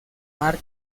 mark